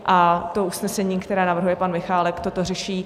A usnesení, které navrhuje pan Michálek, toto řeší.